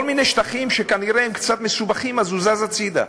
מיני שטחים שכנראה הם קצת מסובכים אז הוא זז הצדה.